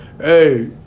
hey